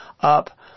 up